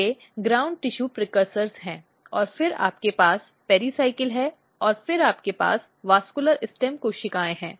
ये ground tissue precursor हैं और फिर आपके पास पेरिसायकल है और फिर आपके पास वेस्क्यलर स्टेम कोशिकाएं हैं